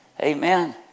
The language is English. amen